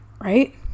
right